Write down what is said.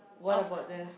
what about there